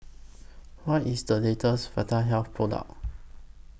What IS The latest Vitahealth Product